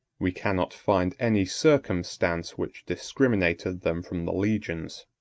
we cannot find any circumstance which discriminated them from the legions,